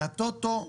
מהטוטו,